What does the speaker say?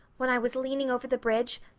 when i was leaning over the bridge,